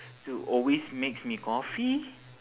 who always makes me coffee